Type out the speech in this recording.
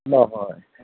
নহয়